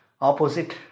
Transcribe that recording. Opposite